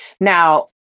Now